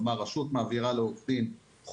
כלומר, הרשות מעבירה לעורך דין חוב.